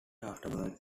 afterwards